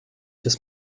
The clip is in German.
das